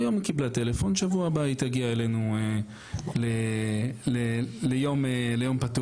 היום היא קיבלה טלפון בשבוע הבא היא תגיע אלינו ליום פתוח.